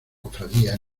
cofradía